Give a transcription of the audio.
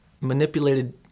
manipulated